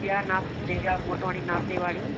दिव्या नाश्ते दिव्या मोटवाणी नाश्ते वारी